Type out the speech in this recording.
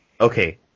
Okay